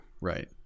Right